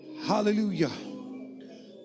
Hallelujah